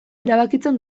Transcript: erabakitzen